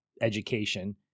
education